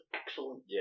excellent